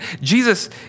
Jesus